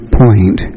point